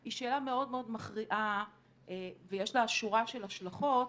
היא שאלה מאוד מאוד מכריעה ויש לה שורה של השלכות.